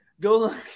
Go